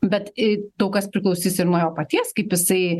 bet į daug kas priklausys ir nuo jo paties kaip jisai